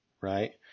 right